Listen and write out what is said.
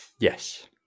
Yes